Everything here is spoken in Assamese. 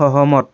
সহমত